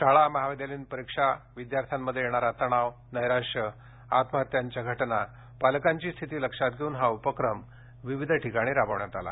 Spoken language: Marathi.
शाळा महाविद्यालयीन परीक्षा विद्यार्थ्यांमध्ये येणारा तणाव नैराश्य आत्महत्यांच्या घटना पालकांची स्थिती लक्षात घेऊन हा उपक्रम विविध ठिकाणी राबविण्यात आला